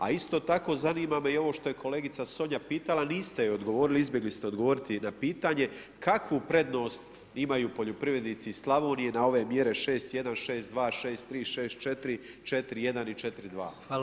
A isto tako zanima me i ovo što je kolegica Sonja pitala, niste joj odgovorili, izbjegli ste odgovoriti na pitanje, kakvu prednost imaju poljoprivrednici iz Slavonije, na ove mjere 6.1., 6.2., 6.4., 4.1. i 4.2.